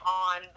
on